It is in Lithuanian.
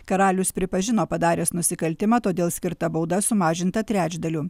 karalius pripažino padaręs nusikaltimą todėl skirta bauda sumažinta trečdaliu